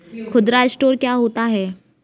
खुदरा स्टोर क्या होता है?